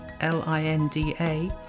L-I-N-D-A